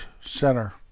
center